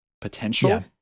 potential